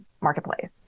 marketplace